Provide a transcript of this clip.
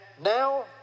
now